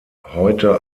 heute